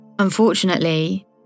Unfortunately